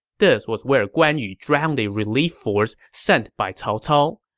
this was where guan yu drowned a relief force sent by cao cao.